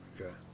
Okay